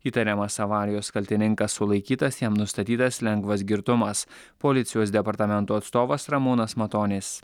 įtariamas avarijos kaltininkas sulaikytas jam nustatytas lengvas girtumas policijos departamento atstovas ramūnas matonis